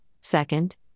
Second